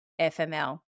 FML